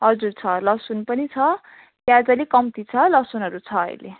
हजुर छ लसुन पनि छ प्याज अलिक कम्ती छ लसुनहरू छ अहिले